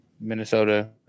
Minnesota